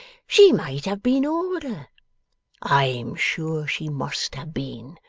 she might have been older i'm sure she must have been.